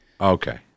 Okay